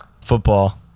football